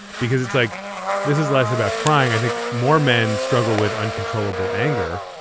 because it's like this is less about crying. i think more men struggle with uncontrollable anger.